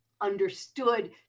understood